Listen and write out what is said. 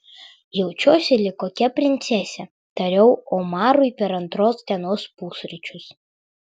jaučiuosi lyg kokia princesė tariau omarui per antros dienos pusryčius